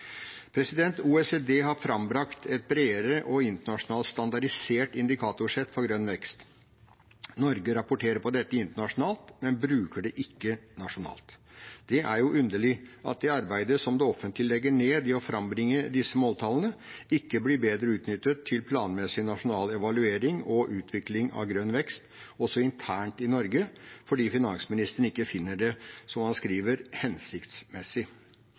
OECD har frambrakt et bredere og internasjonalt standardisert indikatorsett for grønn vekst. Norge rapporterer på dette internasjonalt, men bruker det ikke nasjonalt. Det er jo underlig at det arbeidet som det offentlige legger ned i å frambringe disse måltallene, ikke blir bedre utnyttet til planmessig nasjonal evaluering og utvikling av grønn vekst også internt i Norge fordi finansministeren ikke finner det, som han skriver,